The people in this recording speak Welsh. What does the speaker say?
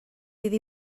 iddi